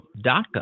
daca